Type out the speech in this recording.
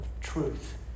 truth